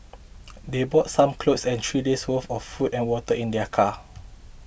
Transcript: they brought some clothes and three days' worth of food and water in their car